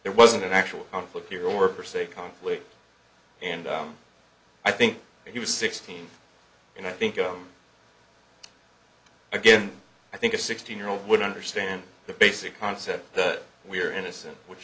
it wasn't an actual conflict here or per se conflict and i think he was sixteen and i think again i think a sixteen year old would understand the basic concept that we're innocent which